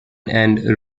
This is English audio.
and